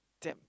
debt